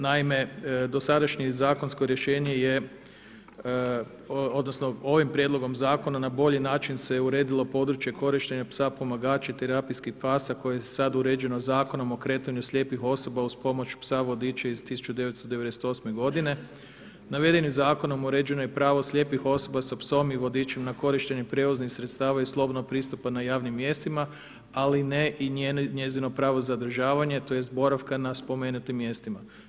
Naime, dosadašnje zakonsko rješenje, je, odnosno, ovim prijedlogom zakona, na bolji način se uredilo područje korištenje psa pomagača i terapijskih pasa, koje je sada uređeno Zakonom o kretanju slijepih osoba uz pomoć psa vodiča iz 1998. g. Navedenim zakonom, uređeno je pravo slijepih osoba sa psom i vodičem na korištenju prijevoznih sredstava i slobodnih pristupa na javnim mjestima, ali ne i njezino pravo zadržavanja, tj. boravka na spomenutim mjestima.